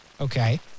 Okay